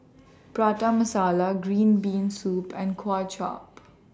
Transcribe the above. Prata Masala Green Bean Soup and Kuay Chap